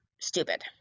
stupid